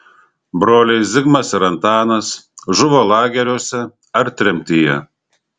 broliai zigmas ir antanas žuvo lageriuose ar tremtyje